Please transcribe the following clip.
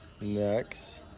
Next